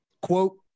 Quote